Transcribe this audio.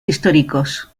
históricos